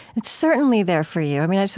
it's certainly there for you. i mean,